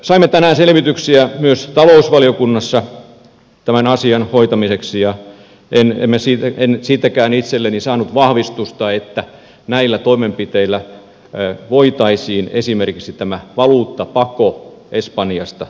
saimme tänään selvityksiä myös talousvaliokunnassa tämän asian hoitamiseksi ja en siitäkään itselleni saanut vahvistusta että näillä toimenpiteillä voitaisiin esimerkiksi tämä valuuttapako espanjasta tukkia